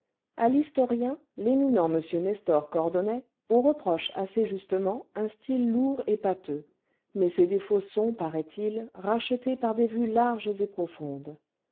a l'historien l'éminent m nestor cordonnet on reproche assez justement un style lourd et pâteux mais ces défauts sont paraît-il rachetés par des vues larges et profondes